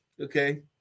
okay